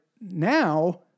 now